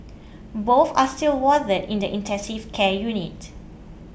both are still warded in the intensive care unit